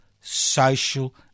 social